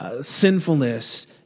Sinfulness